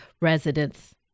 residents